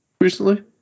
recently